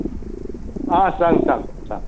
आं सांग सांग सांग